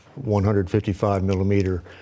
155-millimeter